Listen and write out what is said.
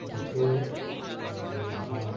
দুটো যে আঁকা